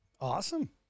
Awesome